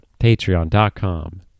Patreon.com